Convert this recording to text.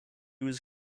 was